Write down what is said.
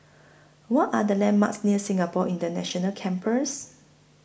What Are The landmarks near Singapore International Campus